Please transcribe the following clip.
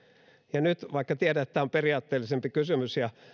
ja nyt vaikka tiedän että tämä on periaatteellisempi kysymys ja